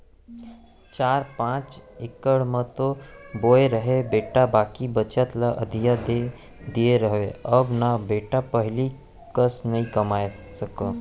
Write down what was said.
चार पॉंच इकड़ म तो बोए रहेन बेटा बाकी बचत ल अधिया दे दिए रहेंव अब न बेटा पहिली कस नइ कमाए सकव